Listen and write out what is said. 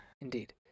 Indeed